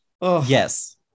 Yes